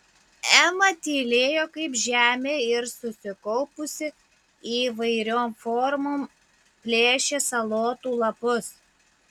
ema tylėjo kaip žemė ir susikaupusi įvairiom formom plėšė salotų lapus